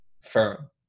firm